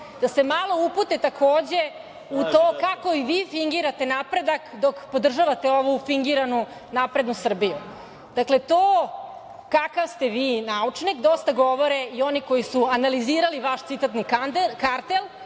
da se malo upute, takođe u to kako im vi fingirate napredak dok podržavate ovu fingiranu naprednu Srbiju. Dakle, to kakav ste vi naučnik dosta govore i oni koji su analizirali vaš citatni kartel